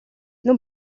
non